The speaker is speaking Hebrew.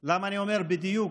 למה אני אומר בדיוק?